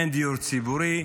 אין דיור ציבורי,